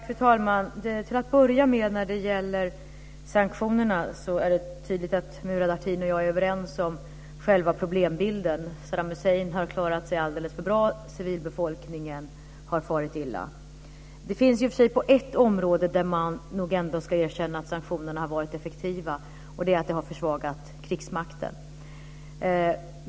Fru talman! Till att börja med är det tydligt att Murad Artin och jag är överens om själva problembilden när det gäller sanktionerna. Saddam Hussein har klarat sig alldeles för bra. Civilbefolkningen har farit illa. Det finns i och för sig ett område där man ändå ska erkänna att sanktionerna har varit effektiva. Det är att de har försvagat krigsmakten.